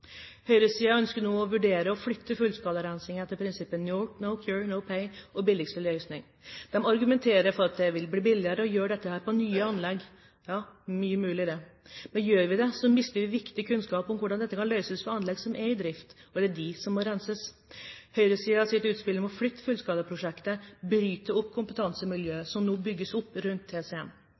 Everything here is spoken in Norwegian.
Høyresiden ønsker nå å vurdere å flytte fullskalarensingen etter prinsippet «no cure – no pay» og billigste løsning. De argumenterer for at det vil bli billigere å gjøre dette på nye anlegg. Ja, mye mulig det, men gjør vi det, så mister vi viktig kunnskap om hvordan dette kan løses for anlegg som er i drift, og det er de som må renses. Høyresidens utspill om å flytte fullskalaprosjektet bryter opp kompetansemiljøet som nå bygges opp rundt TCM,